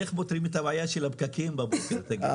איך פותרים את הבעיה של הפקקים בבוקר, תגיד לי?